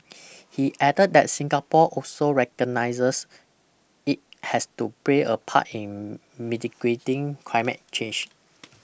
he added that Singapore also recognises it has to play a part in mitigating climate change